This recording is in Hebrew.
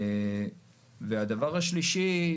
והדבר השלישי,